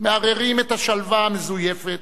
מערערים את השלווה המזויפת,